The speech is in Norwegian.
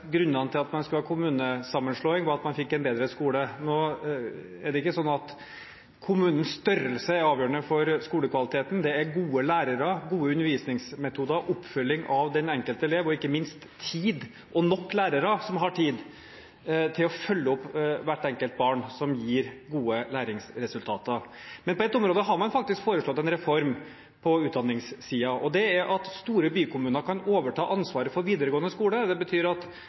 bedre skole. Nå er det ikke slik at kommunens størrelse er avgjørende for skolekvaliteten. Det er gode lærere, gode undervisningsmetoder, oppfølging av den enkelte elev og ikke minst tid – og nok lærere som har tid – til å følge opp hvert enkelt barn som gir gode læringsresultater. På ett område har man faktisk foreslått en reform på utdanningssiden, og det er at store bykommuner kan overta ansvaret for de videregående skolene. Det betyr at